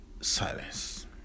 silence